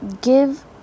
Give